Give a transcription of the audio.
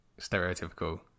stereotypical